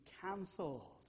cancelled